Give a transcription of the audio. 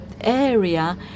area